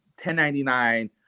1099